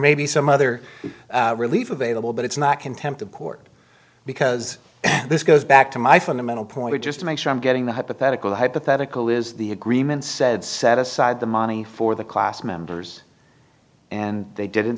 may be some other relief available but it's not contempt of court because this goes back to my fundamental point just to make sure i'm getting the hypothetical hypothetical is the agreement said set aside the money for the class members and they didn't